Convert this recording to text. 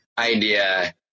idea